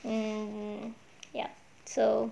um ya so